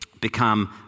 become